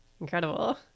Incredible